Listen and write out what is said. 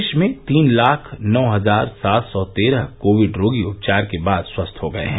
देश में तीन लाख नौ हजार सात सौ तेरह कोविड रोगी उपचार के बाद स्वस्थ हो गए हैं